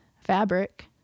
fabric